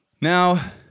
Now